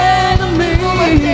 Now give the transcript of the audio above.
enemy